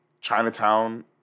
Chinatown